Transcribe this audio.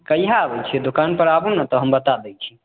कहिआ अबै छियै दुकान पर आबु ने तऽ हम बता दै छी